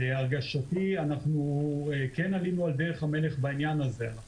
להרגשתי, עלינו על דרך המלך בעניין הזה.